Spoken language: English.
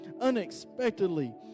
unexpectedly